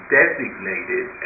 designated